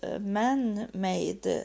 man-made